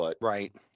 Right